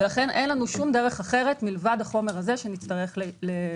לכן אין לנו שום דרך אחרת מלבד החומר הזה שבו נצטרך להשתמש.